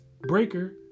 Breaker